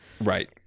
right